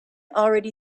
already